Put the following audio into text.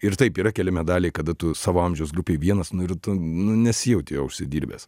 ir taip yra keli medaliai kada tu savo amžiaus grupėj vienas nu ir tu nu nesijauti jo užsidirbęs